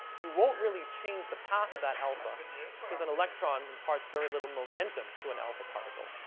you won't really change the path of that alpha because an electron imparts very little momentum to an alpha particle.